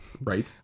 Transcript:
Right